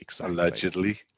allegedly